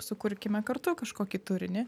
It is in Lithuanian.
sukurkime kartu kažkokį turinį